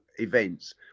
events